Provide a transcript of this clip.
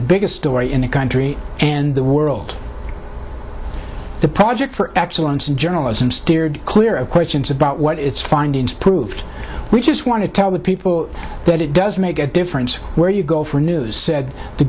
the biggest story in the country and the world the project for excellence in journalism steered clear of questions about what its findings proved we just want to tell the people that it does make a difference where you go for news